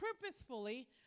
purposefully